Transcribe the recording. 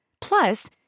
Plus